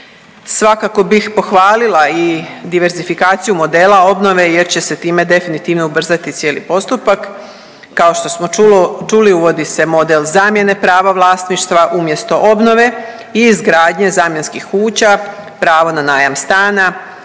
Svakako bih pohvalila i diversifikaciju modela obnove jer će se time definitivno ubrzati cijeli postupak, kao što smo čuli, uvodi se model zamjene prava vlasništva umjesto obnove i izgradnje zamjenskih kuća, pravo na najam stana,